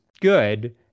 good